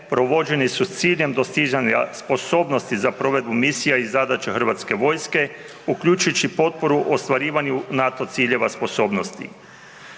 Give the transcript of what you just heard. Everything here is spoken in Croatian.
provođeni su s ciljem dostizanja sposobnosti za provedbu misija i zadaća HV-a uključujući potporu u ostvarivanju NATO ciljeva sposobnosti.